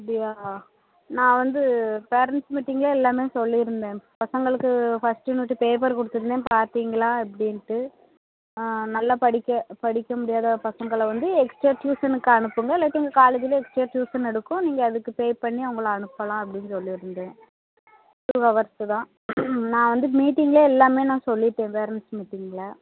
அப்படியா நான் வந்து பேரெண்ட்ஸ் மீட்டிங்கில் எல்லாமே சொல்லி இருந்தேன் பசங்களுக்கு ஃபர்ஸ்ட் யூனிட்டு பேப்பர் கொடுத்துருந்தேன் பார்த்திங்களா அப்படின்ட்டு ஆ நல்லா படிக்க படிக்க முடியாத பசங்களை வந்து எக்ஸ்ட்ரா டியூஷனுக்கு அனுப்புங்கள் இல்லாட்டி எங்கள் காலேஜிலையே எக்ஸ்ட்ரா டியூஷன் எடுப்போம் அதுக்கு நீங்கள் பே பண்ணி அவங்கள அனுப்பலாம் அப்படின்னு சொல்லி இருந்தேன் டூ ஹவர்ஸ் தான் நான் வந்து மீட்டிங்லயே எல்லாமே நான் சொல்லிவிட்டேன் பேரெண்ட்ஸ் மீட்டிங்கில்